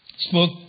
spoke